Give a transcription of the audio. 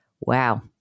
wow